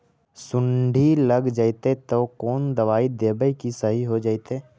सुंडी लग जितै त कोन दबाइ देबै कि सही हो जितै?